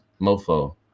mofo